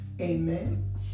Amen